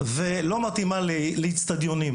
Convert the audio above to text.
ולא מתאימה לאצטדיונים.